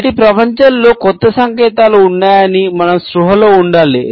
నేటి ప్రపంచంలో క్రొత్త సంకేతాలు ఉన్నాయని మనం స్పృహలో ఉండాలి